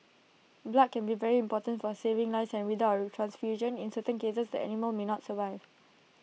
blood can be very important for saving lives and without A transfusion in certain cases the animal may not survive